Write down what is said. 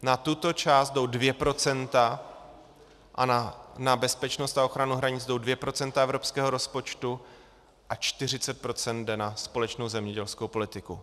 Na tuto část jdou 2 procenta a na bezpečnost a ochranu hranic jdou 2 procenta evropského rozpočtu a 40 procent jde na společnou zemědělskou politiku.